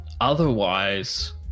otherwise